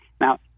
Now